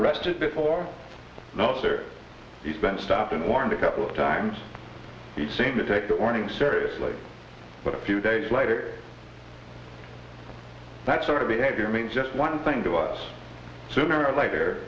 arrested before no sir he's been stopped and warned a couple of times we seem to take the warning seriously but a few days later that sort of behavior means just one thing to us sooner or later